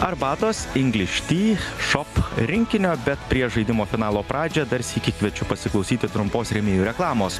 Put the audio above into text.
arbatos ingliš ty šop rinkinio bet prieš žaidimo finalo pradžią dar sykį kviečiu pasiklausyti trumpos rėmėjų reklamos